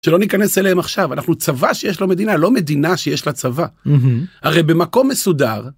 שלא ניכנס אליהם עכשיו אנחנו צבא שיש לו מדינה לא מדינה שיש לה צבא הרי במקום מסודר.